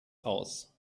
aus